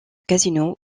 casino